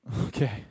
Okay